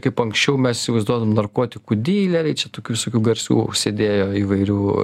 kaip anksčiau mes įsivaizduodavom narkotikų dileriai čia tokių visokių garsių sėdėjo įvairių